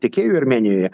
tiekėjui armėnijoje